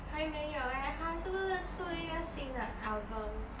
还没有 eh 她是不是出一个新的 album